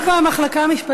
נבדוק במחלקה המשפטית,